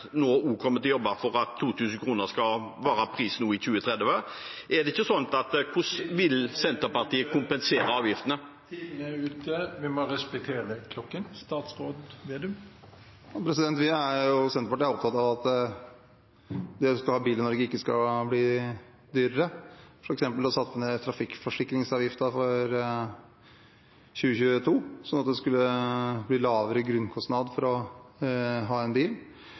kommer til å jobbe for at prisen skal være 2 000 kr også i 2030. Er det ikke sånn at hvordan Senterpartiet kompenserer avgiftene ... Tiden er ute. Vi må respektere klokken. Senterpartiet er opptatt av at det å ha bil i Norge ikke skal bli dyrere. Vi satte f.eks. ned trafikkforsikringsavgiften for 2022 sånn at det skulle bli lavere grunnkostnad for å ha bil. En